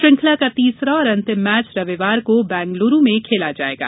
श्रृंखला का तीसरा और अंतिम मैच रविवार को बैंगलुरू में खेला जायेगा